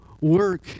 work